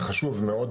זה חשוב מאוד,